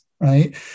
Right